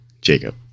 Jacob